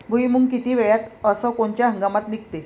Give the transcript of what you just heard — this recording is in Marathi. भुईमुंग किती वेळात अस कोनच्या हंगामात निगते?